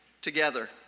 together